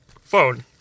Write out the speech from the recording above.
phone